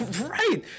right